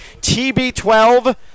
TB12